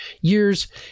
years